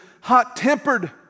hot-tempered